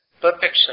perfection